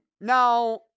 now